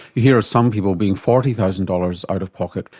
you hear of some people being forty thousand dollars out of pocket.